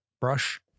brush